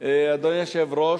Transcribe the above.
אדוני היושב-ראש,